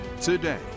today